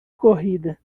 corrida